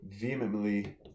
vehemently